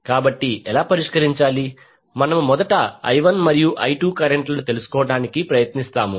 కాబట్టి ఎలా పరిష్కరించాలి మనము మొదట I1 మరియు I2 కరెంట్ లను తెలుసుకోవడానికి ప్రయత్నిస్తాము